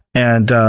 and